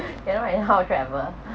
cannot and how travel